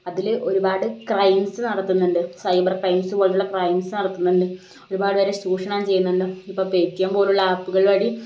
അതിൽ ഒരുപാട് ക്രൈംസ് നടത്തുന്നുണ്ട് സൈബർ ക്രൈംസ് പോലുള്ള ക്രൈംസ് നടക്കുന്നുണ്ട് ഒരുപാടുപേരെ ചൂഷണം ചെയ്യുന്നുണ്ട് ഇപ്പോൾ പേയ്ടിഎം പോലുള്ള ആപ്പുകൾ വഴി